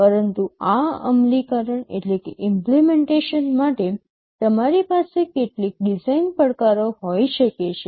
પરંતુ આ અમલીકરણ માટે તમારી પાસે કેટલીક ડિઝાઇન પડકારો હોઈ શકે છે